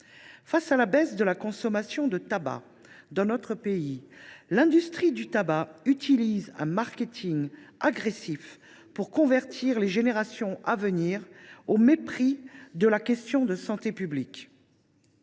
Face à la baisse de la consommation de tabac dans notre pays, l’industrie du tabac utilise un marketing agressif pour convertir les générations à venir, au mépris de la santé publique.